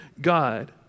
God